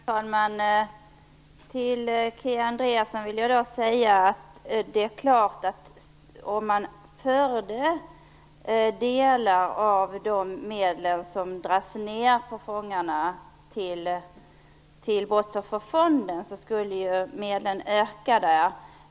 Herr talman! Jag vill säga till Kia Andreasson att det är klart att om man till Brottsofferfonden förde över delar av de medel som man drar ned på fångarna med, då skulle medlen öka.